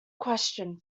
question